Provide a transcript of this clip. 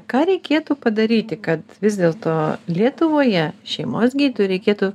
ką reikėtų padaryti kad vis dėlto lietuvoje šeimos gydytojų reikėtų